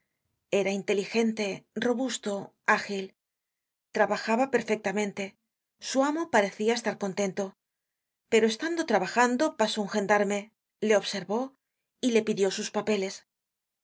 era inteligente robusto ágil trabajaba perfectamente su amo parecia estar contento pero estando trabajando pasó un gendarme le observó y le pidió sus papeles